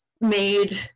made